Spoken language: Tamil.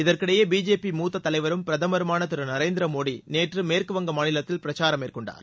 இதற்கிடையே பிஜேபி தலைவரும் பிரதமருமான மூத்த திரு நரேந்திரமோடி நேற்று மேற்குவங்க மாநிலத்தில் பிரச்சாரம் மேற்கொண்டார்